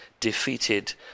defeated